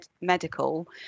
medical